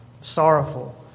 sorrowful